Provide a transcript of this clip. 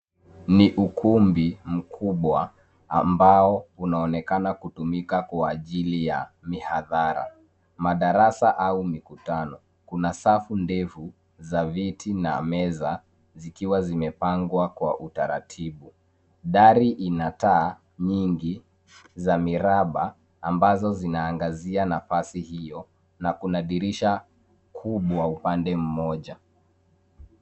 Ni ukumbi mkubwa ambao unaonekana kutumika kwa ajili ya mihadhara, madarasa au mikutano. Kuna safu ndefu za viti na meza, zikiwa zimepangwa kwa utaratibu. Dari ina taa nyingi za miraba ambazo zinaangazia nafasi hio na kuna dirisha kubwa upande mmoja.